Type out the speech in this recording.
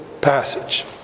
passage